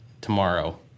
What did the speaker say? tomorrow